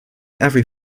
every